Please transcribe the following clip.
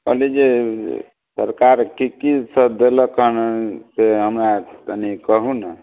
कहली जे सरकार कि किसब देलक हँ से हमरा तनि कहू ने